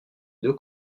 deux